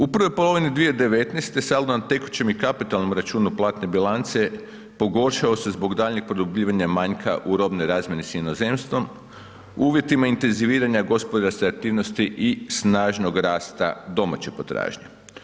U prvoj polovini 2019. saldo na tekućem i kapitalnom računu platne bilance pogoršao se zbog daljnjeg produbljivanja manjka u robnoj razmjeni s inozemstvom, uvjetima intenziviranja gospodarske aktivnosti i snažnog rasta domaće potražnje.